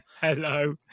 Hello